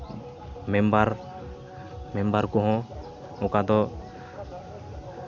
member member ᱠᱚᱦᱚᱸ ᱚᱠᱟ ᱫᱚ